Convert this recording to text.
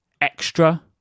extra